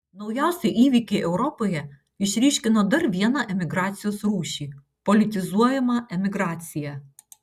naujausi įvykiai europoje išryškino dar vieną emigracijos rūšį politizuojamą emigraciją